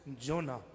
Jonah